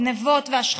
גנבות והשחתות.